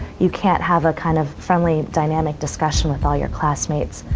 you can't have a kind of friendly, dynamic discussion with all your classmates.